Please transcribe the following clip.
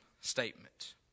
statement